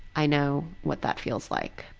i know what that feels like.